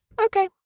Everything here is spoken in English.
Okay